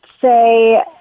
say